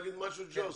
חשוב.